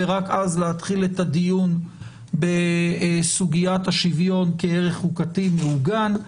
ורק אז להתחיל את הדיון בסוגיית השוויון כערך חוקתי מעוגן.